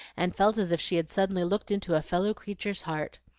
and felt as if she had suddenly looked into a fellow-creature's heart.